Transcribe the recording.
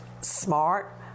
smart